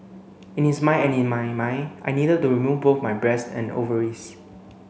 in his mind and in my mind I needed to remove both my breasts and ovaries